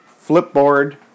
Flipboard